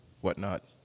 whatnot